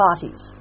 parties